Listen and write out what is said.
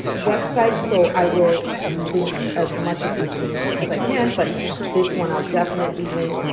website. so i will link as much of these things as i can, but this one i'll definitely link.